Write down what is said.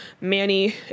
Manny